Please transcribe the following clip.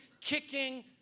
kicking